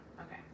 okay